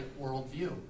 worldview